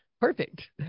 perfect